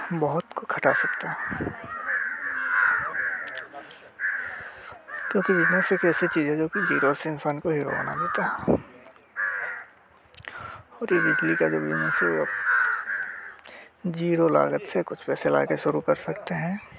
बहुत कुछ घटा सकता है क्योंकि बिजनेस एक ऐसी चीज है जो कि ज़ीरो से इंसान को हीरो बना देता है और ये बिजली का जो बिजनेस है वो ज़ीरो लागत से कुछ पैसे लाके शुरू कर सकते हैं